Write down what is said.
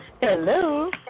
Hello